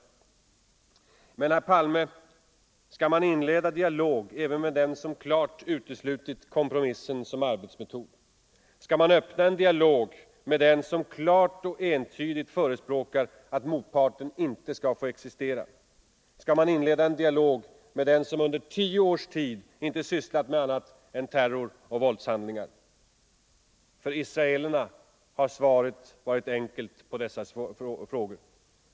läget i Men, herr Palme, skall man inleda dialog även med den som klart — Mellersta Östern, uteslutit kompromissen som arbetsmetod? Skall man öppna en dialog om.m. med den som klart och entydigt förespråkar att motparten inte skall få existera? Skall man inleda en dialog med den som under tio års tid inte sysslat med annat än terror och våldshandlingar? För israelerna har svaret på dessa frågor varit enkelt.